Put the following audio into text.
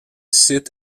site